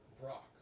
Brock